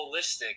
holistic